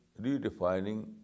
redefining